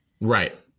right